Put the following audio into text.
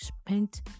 spent